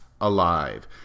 alive